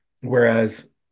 Whereas